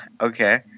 Okay